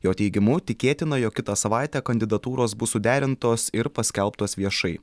jo teigimu tikėtina jog kitą savaitę kandidatūros bus suderintos ir paskelbtos viešai